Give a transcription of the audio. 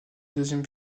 deuxième